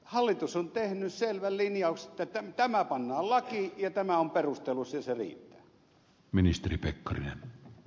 hallitus on tehnyt selvän linjauksen että tämä pannaan lakiin ja tämä on perustelu ja se riittää